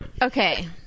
Okay